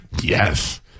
Yes